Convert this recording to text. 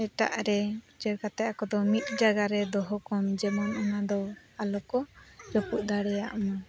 ᱮᱴᱟᱜ ᱨᱮ ᱩᱪᱟᱹᱲ ᱠᱟᱛᱮᱫ ᱟᱠᱚ ᱫᱚ ᱢᱤᱫ ᱡᱟᱭᱜᱟ ᱨᱮ ᱫᱚᱦᱚ ᱠᱚᱢ ᱡᱮᱢᱚᱱ ᱚᱱᱟ ᱫᱚ ᱟᱞᱚ ᱠᱚ ᱨᱟᱹᱯᱩᱫ ᱫᱟᱲᱮᱭᱟᱜ ᱢᱟ